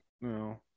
no